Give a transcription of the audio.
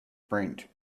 print